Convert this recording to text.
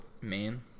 Man